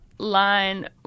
Line